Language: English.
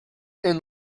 and